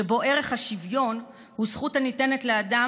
שבו ערך השוויון הוא זכות הניתנת לאדם